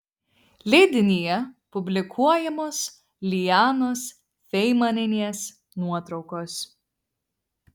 leidinyje publikuojamos lijanos feimanienės nuotraukos